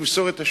ולמסור את השטח.